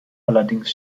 allerdings